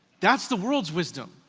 that's the world's wisdom.